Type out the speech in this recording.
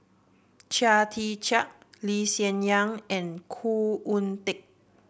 Chia Tee Chiak Lee Hsien Yang and Khoo Oon Teik